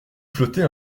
flotter